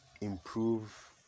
improve